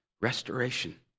restoration